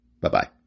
Bye-bye